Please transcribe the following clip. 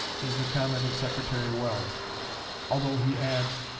is the comment of secretary welles although he adds,